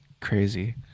crazy